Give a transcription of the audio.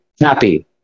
happy